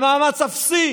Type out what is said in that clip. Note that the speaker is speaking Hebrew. במאמץ אפסי,